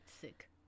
Sick